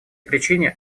причине